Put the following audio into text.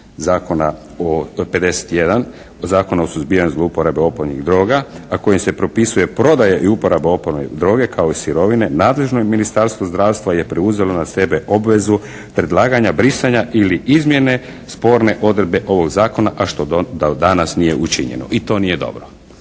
Zakona o, 51. Zakona o suzbijanju zlouporabe opojnih droga a kojim se propisuje prodaja i uporaba opojne droge kao i sirovine nadležno Ministarstvo zdravstva je preuzelo na sebe obvezu predlaganja brisanja ili izmjene sporne odredbe ovog zakona a što do danas nije učinjeno, a to nije dobro.